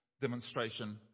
demonstration